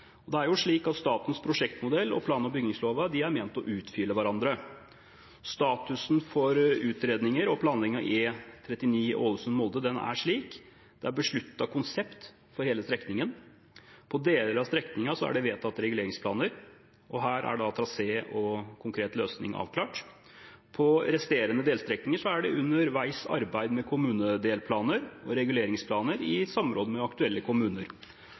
Det er slik at statens prosjektmodell og plan- og bygningsloven er ment å utfylle hverandre. Statusen for utredninger og planleggingen av E39 Ålesund–Molde er slik: Det er besluttet konsept for hele strekningen. På deler av strekningen er det vedtatt reguleringsplaner, og her er da trasé og konkret løsning avklart. På de resterende delstrekningene er det underveis arbeid med kommunedelplaner og reguleringsplaner i samråd med aktuelle kommuner.